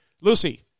Lucy